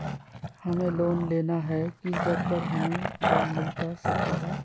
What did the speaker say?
हमें लोन लेना है किस दर पर हमें लोन मिलता सकता है?